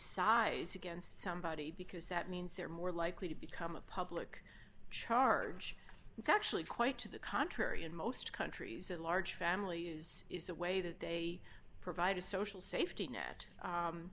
size against somebody because that means they're more likely to become a public charge it's actually quite to the contrary in most countries a large family use is a way that they provide a social safety net